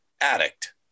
addict